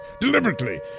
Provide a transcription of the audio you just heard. deliberately